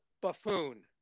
buffoon